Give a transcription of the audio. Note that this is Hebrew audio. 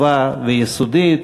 טובה ויסודית.